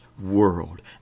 world